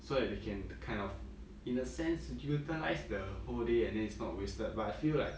so that they can kind of in a sense utilise the whole day and then it's not wasted but I feel like